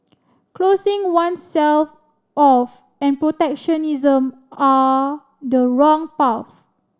closing oneself off and protectionism are the wrong path